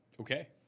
Okay